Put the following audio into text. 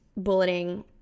bulleting